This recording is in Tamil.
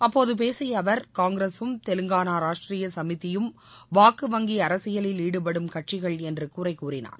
அப்போது பேசிய அவர் காங்கிரசும் தெலுங்கானா ராஷ்ட்ரீய சமிதியும் வாக்கு வங்கி அரசியலில் ஈடுபடும் கட்சிகள் என்று குறை கூறினார்